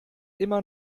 immer